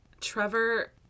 Trevor